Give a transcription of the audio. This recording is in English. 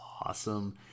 awesome